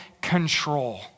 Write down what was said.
control